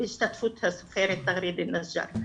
בהשתתפות הסופרת תגריד אלנג'אר.